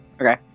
Okay